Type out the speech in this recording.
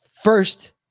First